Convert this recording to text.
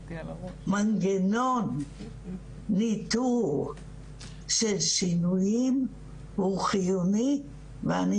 שמנגנון ניטור של שינויים הוא חיוני ואני